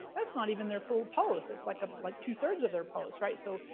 that's not even their full post, it's like ah like two-thirds of their post, right? so,